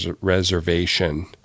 Reservation